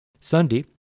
Sunday